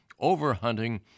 overhunting